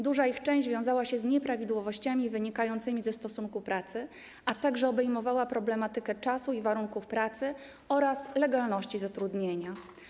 Duża ich część wiązała się z nieprawidłowościami wynikającymi ze stosunku pracy, a także obejmowała problematykę czasu i warunków pracy oraz legalności zatrudnienia.